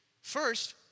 First